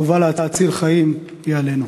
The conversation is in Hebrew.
החובה להציל חיים היא עלינו.